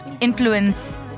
influence